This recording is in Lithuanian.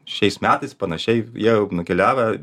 šiais metais panašiai jie jau nukeliavę